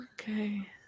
okay